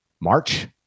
march